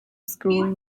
screw